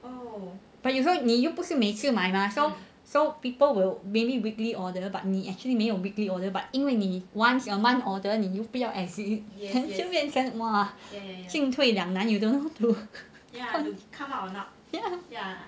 but 有时后你又不是每次买 mah so people will maybe weekly order but 你 actually 没有 weekly order but 因为你 once a month order 你又不要 exit then 就变成什么 mah 进退两难 you don't know how to ya